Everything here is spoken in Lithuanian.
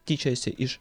tyčiojasi iš